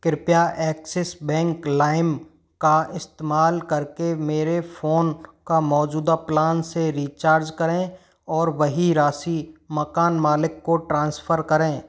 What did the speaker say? कृपया Axis bank लाइम का इस्तेमाल करके मेरे फ़ोन का मौजूदा प्लान से रीचार्ज करें और वही राशि मकान मालिक को ट्रांसफ़र करें